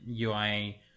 UI